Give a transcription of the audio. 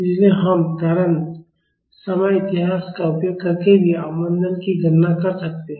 इसलिए हम त्वरण समय इतिहास का उपयोग करके भी अवमंदन की गणना कर सकते हैं